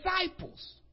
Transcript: disciples